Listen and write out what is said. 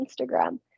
Instagram